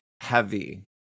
heavy